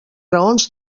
raons